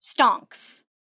stonks